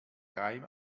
reim